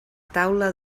taula